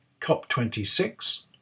COP26